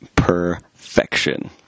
perfection